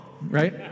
Right